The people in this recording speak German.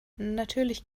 natürlich